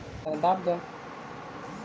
जुट के मांग दिन प दिन बढ़ल चलल जा रहल बा